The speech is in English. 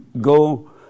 go